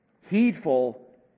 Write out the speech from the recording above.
Heedful